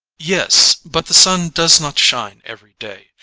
yes, but the sun does not shine every day.